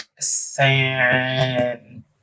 San